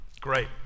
Great